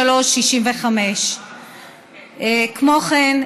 02-5805365. כמו כן,